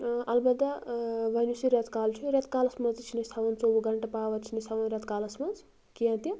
اَلبَتہ وۄنۍ یُس یہِ رٮ۪تہٕ کال چھُ رٮ۪تہٕ کالَس منٛز تہِ چھِنہٕ اَسہِ تھاوان ژوٚوُہ گَنٹہٕ پاوَر چھِنہٕ اَسہِ ہاوان رٮ۪تہٕ کالَس منٛز کیٚنٛہہ تہِ